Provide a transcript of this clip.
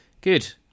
Good